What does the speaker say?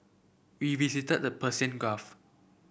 we visited the Persian Gulf